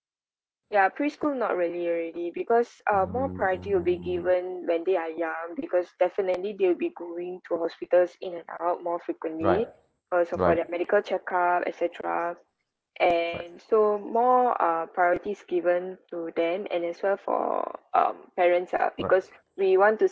ya preschool not really already because uh more priority will be given when they are young because definitely they will be going to hospitals in and out more frequently uh so for their medical checkup etcetera and so more uh priorities given to them and as well for um parents ah because we want to